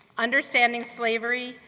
understanding slavery,